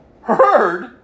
heard